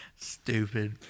Stupid